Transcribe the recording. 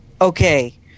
okay